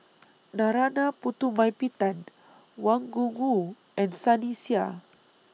Narana Putumaippittan Wang Gungwu and Sunny Sia